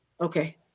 okay